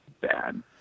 bad